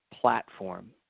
platform